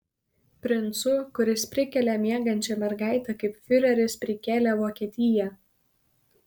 princu kuris prikelia miegančią mergaitę kaip fiureris prikėlė vokietiją